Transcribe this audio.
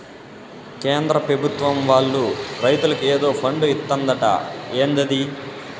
కేంద్ర పెభుత్వం వాళ్ళు రైతులకి ఏదో ఫండు ఇత్తందట ఏందది